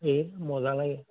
এই মজা লাগে